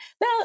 Now